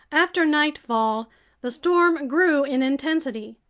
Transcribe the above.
after nightfall the storm grew in intensity.